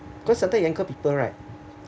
cause sometime younger people right